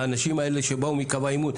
האנשים שבאו מקו העימות,